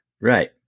Right